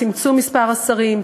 צמצום מספר השרים,